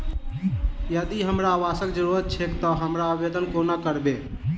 यदि हमरा आवासक जरुरत छैक तऽ हम आवेदन कोना करबै?